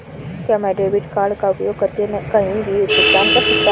क्या मैं debit card का उपयोग करके कहीं भी भुगतान कर सकता हूं?